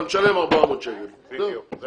אתה משלם 400 שקלים לנזילה.